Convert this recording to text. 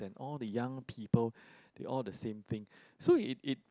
and all the young people they all the same thing so it it